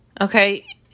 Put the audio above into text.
Okay